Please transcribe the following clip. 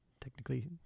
technically